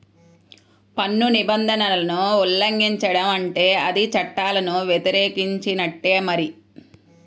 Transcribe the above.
పన్ను నిబంధనలను ఉల్లంఘించడం అంటే అది చట్టాలను వ్యతిరేకించినట్టే మరి